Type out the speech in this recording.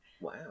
Wow